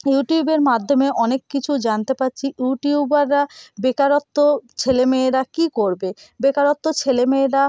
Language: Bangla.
ইউটিউবের মাধ্যমে অনেক কিছু জানতে পাচ্ছি ইউটিউবাররা বেকারত্ব ছেলে মেয়েরা কী করবে বেকারত্ব ছেলে মেয়েরা